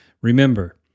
remember